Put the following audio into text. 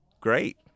Great